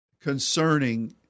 concerning